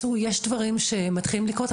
בקיצור יש דברים שמתחילים לקרות,